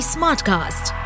Smartcast